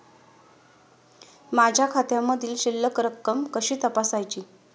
माझ्या खात्यामधील शिल्लक रक्कम कशी तपासायची?